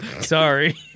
Sorry